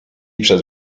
przez